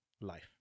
life